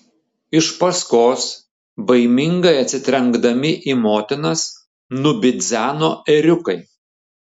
iš paskos baimingai atsitrenkdami į motinas nubidzeno ėriukai